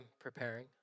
preparing